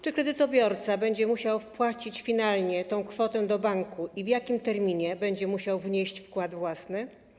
Czy kredytobiorca będzie musiał wpłacić finalnie tę kwotę do banku i w jakim terminie będzie musiał wnieść wkład własny?